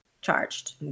charged